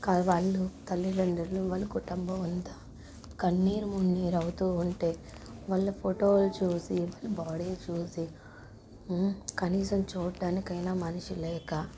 కానీ వాళ్ళ తల్లిదండ్రులు వాళ్ళ కుటుంబమంతా కన్నీరు మున్నీరవుతూ ఉంటే వాళ్ళ ఫోటోలు చూసి బాడి చూసి కనీసం చూడ్డానికైనా మనిషి లేక